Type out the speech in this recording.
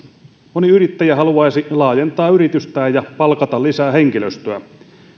moni yrittäjä haluaisi laajentaa yritystään ja palkata lisää henkilöstöä